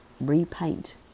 repaint